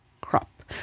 crop